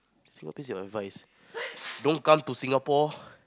single piece of advice don't come to Singapore